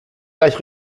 gleich